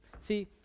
See